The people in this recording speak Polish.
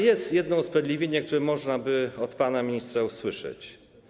Jest jedno usprawiedliwienie, które można by od pana ministra usłyszeć.